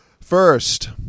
First